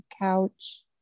couch